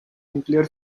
nuclear